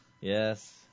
Yes